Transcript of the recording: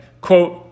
quote